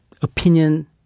opinion